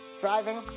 Driving